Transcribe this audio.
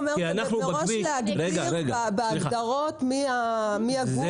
מראש להגדיר בהגדרות מי הגוף --- רגע,